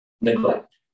Neglect